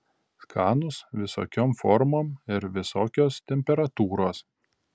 skanūs visokiom formom ir visokios temperatūros